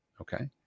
Okay